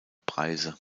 preise